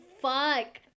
fuck